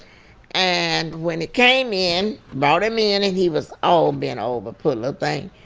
and when he came in, brought him in. and he was all bent over, poor little thing.